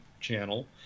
channel